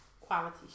quality